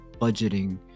budgeting